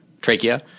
trachea